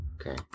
Okay